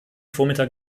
vormittag